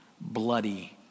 bloody